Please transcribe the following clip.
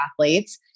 athletes